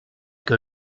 que